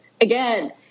again